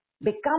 become